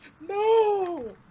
No